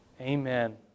Amen